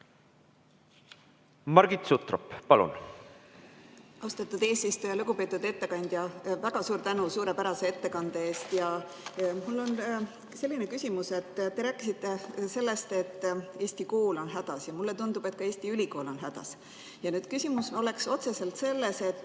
Margit Sutrop, palun! Austatud eesistuja! Lugupeetud ettekandja, väga suur tänu suurepärase ettekande eest! Mul on selline küsimus. Te rääkisite sellest, et Eesti kool on hädas, ja mulle tundub, et ka Eesti ülikool on hädas. Ja küsimus oleks otseselt selles, et